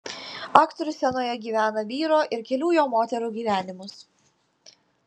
aktorius scenoje gyvena vyro ir kelių jo moterų gyvenimus